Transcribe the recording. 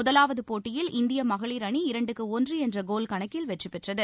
முதலாவது போட்டியில் இந்திய மகளிர் அணி இரண்டுக்கு ஒன்று என்ற கோல் கணக்கில் வெற்றி பெற்றது